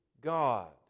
God